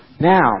Now